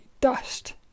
dust